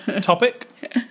topic